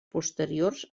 posteriors